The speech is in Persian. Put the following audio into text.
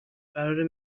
قراره